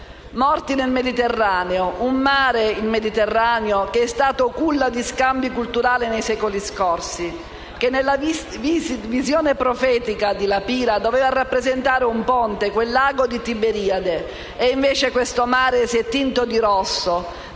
Morti nel Mediterraneo: un mare che è stato culla di scambi culturali nei secoli scorsi e che, nella visione profetica di La Pira, doveva rappresentare un ponte, quel "lago di Tiberiade". E invece questo mare si è tinto di rosso,